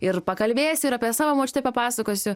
ir pakalbėsiu ir apie savo močiutę papasakosiu